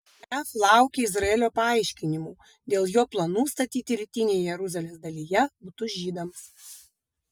jav laukia izraelio paaiškinimų dėl jo planų statyti rytinėje jeruzalės dalyje butus žydams